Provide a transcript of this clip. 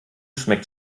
schmeckt